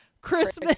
Christmas